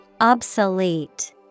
Obsolete